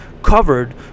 covered